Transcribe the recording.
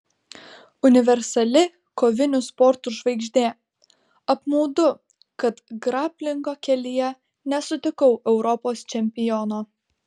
universali kovinių sportų žvaigždė apmaudu kad graplingo kelyje nesutikau europos čempiono